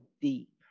deep